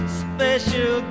special